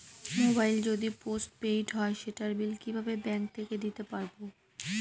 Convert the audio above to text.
Mobile যদি post paid হয় সেটার বিল কিভাবে ব্যাংক থেকে দিতে পারব?